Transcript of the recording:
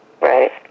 Right